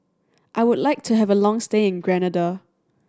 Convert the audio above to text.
I would like to have a long stay in Grenada